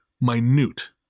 minute